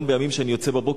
גם בימים שאני יוצא בבוקר,